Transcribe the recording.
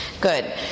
Good